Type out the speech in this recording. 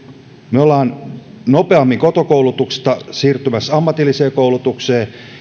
me olemme nopeammin koto kouluksesta siirtymässä ammatilliseen koulutukseen